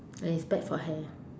and it's bad for hair